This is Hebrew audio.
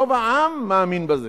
רוב העם מאמין בזה,